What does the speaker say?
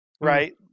right